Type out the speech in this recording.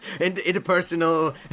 interpersonal